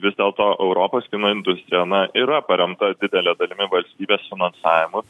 vis dėlto europos kino industrija na yra paremta didele dalimi valstybės finansavimu